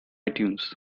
itunes